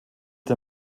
der